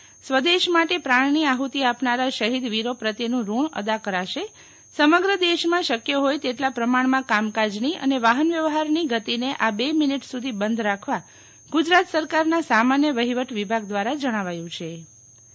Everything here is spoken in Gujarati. પાળી સ્વદેશ માટે પ્રાણની આહુતિ આપનારા શહીદ વીરો પ્રત્યે રૂણ અદા કરાશે દેશમાં શક્ય હોય તેટલા પ્રમાણમાં કામકાજની અને વાહનવ્યવહારની ગતિને આ બે મિનિટ સુધી બંધ રાખવા ગુજરાત સરકારના સામાન્ય વહીવટ વિભાગ દ્રારા જણાવ્યુ છે શીતલબેન વૈષ્ણવ ગુ